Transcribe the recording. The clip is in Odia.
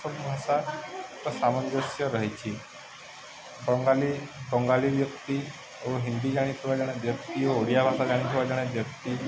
ସବୁ ଭାଷା ସାମଞ୍ଜସ୍ୟ ରହିଛି ବଙ୍ଗାଲୀ ବଙ୍ଗାଳୀ ବ୍ୟକ୍ତି ଓ ହିନ୍ଦୀ ଜାଣିଥିବା ଜଣେ ବ୍ୟକ୍ତି ଓ ଓଡ଼ିଆ ଭାଷା ଜାଣିଥିବା ଜଣେ ବ୍ୟକ୍ତି